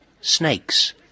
Snakes